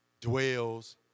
dwells